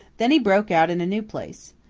then he broke out in a new place.